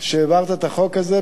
שבה העברת את החוק הזה,